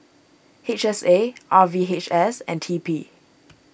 H S A R V H S and T P